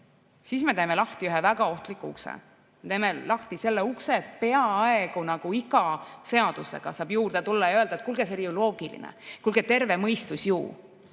siis me teeme lahti ühe väga ohtliku ukse. Me teeme lahti selle ukse, et peaaegu iga seadusega saab juurde tulla ja öelda, et kuulge, see oli ju loogiline, kuulge, terve mõistus ju.